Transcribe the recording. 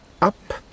up